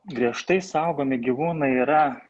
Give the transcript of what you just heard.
griežtai saugomi gyvūnai yra